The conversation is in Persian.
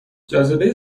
جاذبه